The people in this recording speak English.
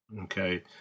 Okay